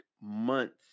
months